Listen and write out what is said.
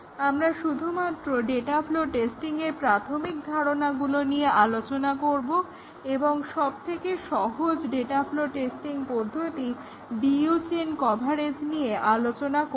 আমরা শুধুমাত্র data flow টেস্টিংয়ের প্রাথমিক ধারণাগুলো নিয়ে আলোচনা করব এবং সবথেকে সহজ ডেটা ফ্লো টেস্টিং পদ্ধতি DU চেইন কভারেজ নিয়ে আলোচনা করব